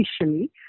officially